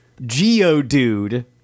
Geodude-